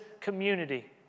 community